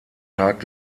tag